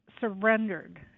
surrendered